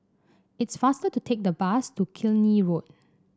it's faster to take the bus to Killiney Road